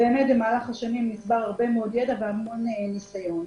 במהלך השנים נצבר הרבה מאוד ידע והמון ניסיון.